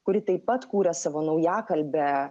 kuri taip pat kūrė savo naujakalbę